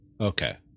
Okay